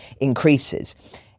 increases